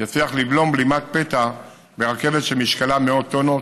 יצליח לבלום בלימת פתע ברכבת שמשקלה מאות טונות